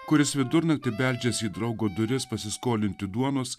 kuris vidurnaktį beldžiasi į draugo duris pasiskolinti duonos